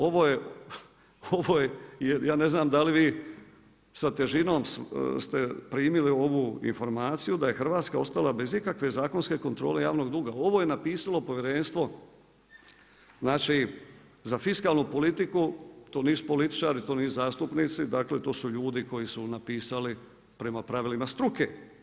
Ovo je, ja ne znam da li vi sa težinom ste primili ovu informacija da je Hrvatska ostala bez ikakve zakonske kontrole javnog duga, ovo je napisalo Povjerenstvo, znači za fiskalnu politiku, to nisu političari, to nisu zastupnici, dakle to su ljudi koji su napisali prema pravilima struke.